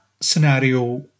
scenario